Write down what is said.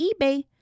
eBay